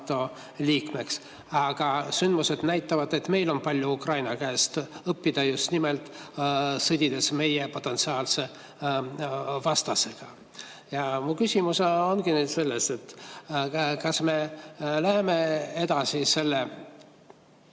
liikmeks, aga sündmused näitavad, et meil on palju Ukraina käest õppida just nimelt, kuidas sõdida meie potentsiaalse vastasega. Ja mu küsimus ongi selles, et kas me läheme edasi selle